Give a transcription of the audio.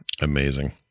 Amazing